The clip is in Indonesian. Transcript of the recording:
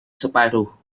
separuh